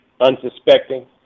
unsuspecting